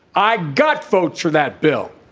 i got votes for that bill.